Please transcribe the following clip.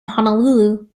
honolulu